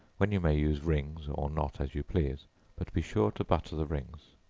when you may use rings, or not, as you please but be sure to butter the rings.